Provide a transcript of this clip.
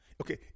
Okay